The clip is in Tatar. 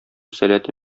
сәләте